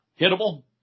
hittable